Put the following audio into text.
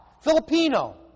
Filipino